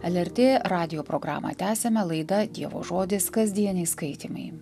lrt radijo programą tęsiame laida dievo žodis kasdieniai skaitymai